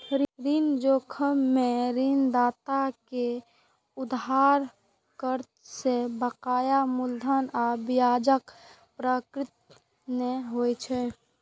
ऋण जोखिम मे ऋणदाता कें उधारकर्ता सं बकाया मूलधन आ ब्याजक प्राप्ति नै होइ छै